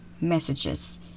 messages